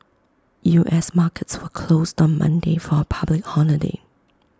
U S markets were closed on Monday for A public holiday